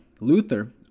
Luther